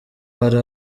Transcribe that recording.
hari